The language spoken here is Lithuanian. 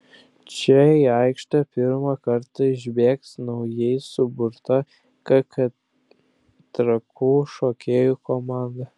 čia į aikštę pirmą kartą išbėgs naujai suburta kk trakų šokėjų komanda